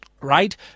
right